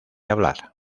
hablar